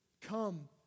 come